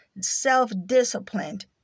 self-disciplined